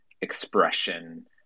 expression